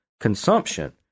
consumption